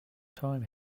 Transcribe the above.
time